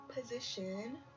position